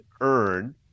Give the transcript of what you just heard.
earn